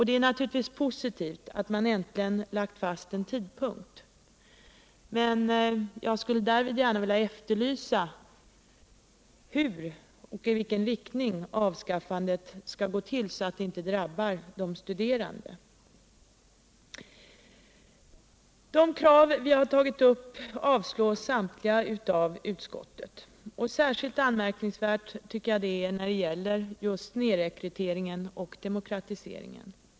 Det är naturligtvis positivt att man äntligen lagt fast en tidpunkt, men jag skulle gärna vilja efterlysa hur avskaffandet skall gå till och vilken inriktning det skall få, så att det inte drabbar de studerande. De krav vi har tagit upp avstyrks samtliga av utskottet. Särskilt anmärkningsvärt tycker jag det är när det gäller just snedrekryteringen och demokratiseringen.